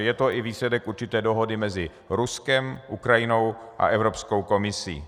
Je to i výsledek určité dohody mezi Ruskem, Ukrajinou a Evropskou komisí.